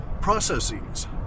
processes